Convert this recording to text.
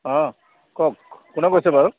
অঁ কওক কোনে কৈছে বাৰু